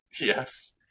Yes